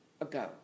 ago